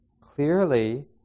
clearly